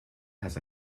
has